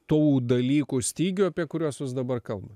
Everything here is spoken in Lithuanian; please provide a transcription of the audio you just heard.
tų dalykų stygių apie kuriuos jūs dabar kalbat